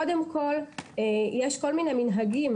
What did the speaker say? קודם כול יש כל מיני מנהגים.